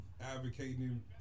advocating